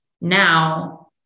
now